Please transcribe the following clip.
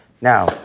Now